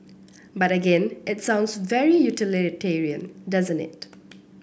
but again it sounds very utilitarian doesn't it